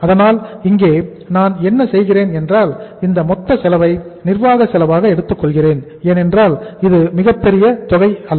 அதனால் இங்கே நான் என்ன செய்கிறேன் என்றால் இந்த மொத்த செலவை நிர்வாக செலவாக எடுத்துக்கொள்கிறேன் ஏனென்றால் இது மிகப்பெரிய தொகை அல்ல